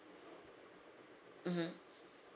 mmhmm